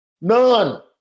none